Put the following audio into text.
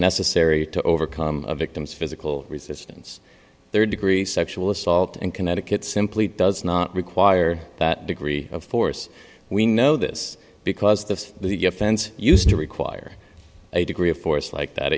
necessary to overcome the victim's physical resistance rd degree sexual assault in connecticut simply does not require that degree of force we know this because the defense used to require a degree of force like that